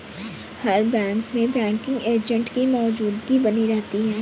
हर bank में banking agent की मौजूदगी बनी रहती है